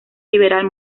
liberal